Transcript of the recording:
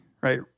right